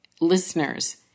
listeners